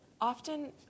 often